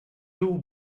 too